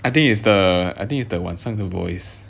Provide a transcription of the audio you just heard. I think it's the I think it's the 晚上 the voice